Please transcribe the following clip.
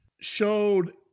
showed